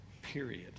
Period